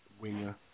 winger